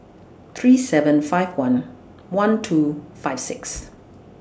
three seven five one one two five six